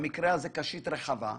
שבמקרה הזה היא גם קשית רחבה,